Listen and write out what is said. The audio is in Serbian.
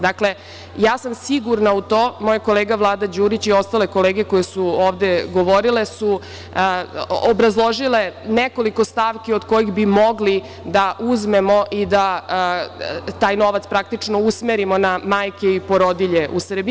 Dakle, ja sam sigurna u to, moj kolega Vlada Đurić i ostale kolege koje su ovde govorile su obrazložile nekoliko stavki od kojih bi mogli da uzmemo i da taj novac praktično usmerimo na majke i porodilje u Srbiji.